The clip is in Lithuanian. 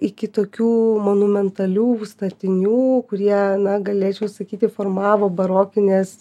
iki tokių monumentalių statinių kurie na galėčiau sakyti formavo barokinės